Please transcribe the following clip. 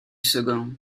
second